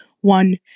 one